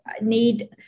need